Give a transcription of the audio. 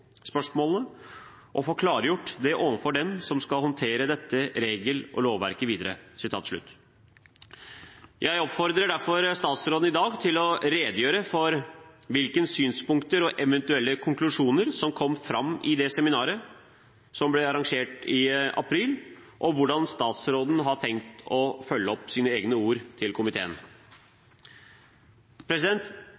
spørsmålene, og få klargjort det overfor dem som skal håndtere dette regel- og lovverket videre.» Jeg oppfordrer derfor statsråden i dag til å redegjøre for hvilke synspunkter og eventuelle konklusjoner som kom fram i det seminaret som ble arrangert i april, og hvordan statsråden har tenkt å følge opp sine egne ord til komiteen.